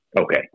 Okay